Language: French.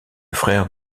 frère